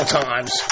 times